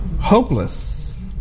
Hopeless